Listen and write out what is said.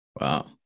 Wow